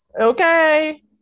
Okay